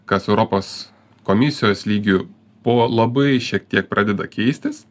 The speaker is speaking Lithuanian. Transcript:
kas europos komisijos lygiu po labai šiek tiek pradeda keistis